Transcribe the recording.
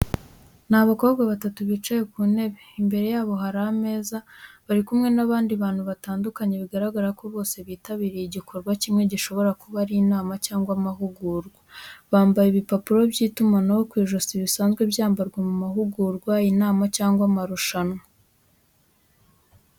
Ni abakobwa batatu bicaye ku ntebe, imbere yabo hari ameza, bari kumwe n’abandi bantu batandukanye bigaragara ko bose bitabiriye igikorwa kimwe gishobora kuba ari inama cyangwa amahugurwa. Bambaye ibipapuro by’itumanaho ku ijosi bisanzwe byambarwa mu mahugurwa, inama, cyangwa amarushanwa.